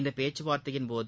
இந்தப் பேச்சுவார்த்தையின்போது